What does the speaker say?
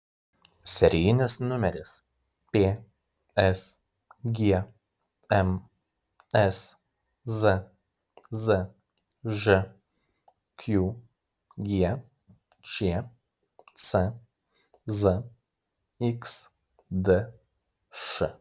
serijinis numeris psgm szzž qgčc zxdš